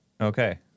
Okay